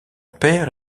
père